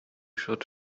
should